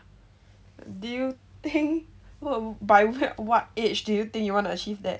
do you think wo~ by what age do you think you want to achieve that